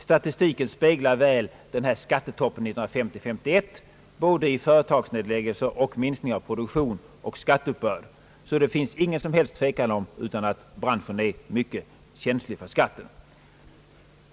Statistiken speglar skattetoppen 1950/51 både i företagsnedläggelser och minskning av produktion och skatteuppbörd, så det råder ingen som helst tvekan om att branschen är mycket känslig för skatt.